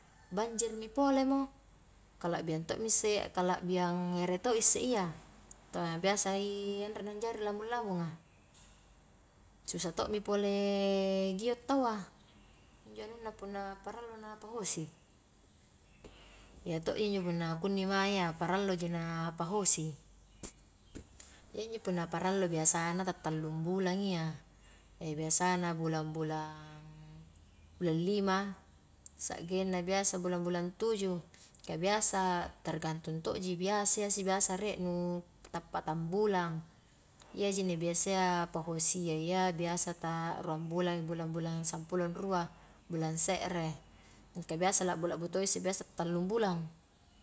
Banjir mi pole mo, kala'biang to miisse-kala'biang ere to isse iya, ka biasai anre na anjari lamung-lamunga, susah to'mi pole gio tau a, injo anunna punna parallo na pahosi, iya to ji injo punna kunni mae iya, parallo ji na pahosi, iya injo punna parallo, biasana tattallung bulang iya biasana bulang-bulang, bulan lima sa'genna biasa bulang-bulang tujuh, ka biasa tergantung to ji biasa iya sih, biasa rie nu tappatang bulang, iya ji inni biasaya pahosia iya, biasa ta ruang bulang i bulang-bulang sampulo rua, bulan se're, mingka biasa labbu-labbu to isse biasa tallung bulang.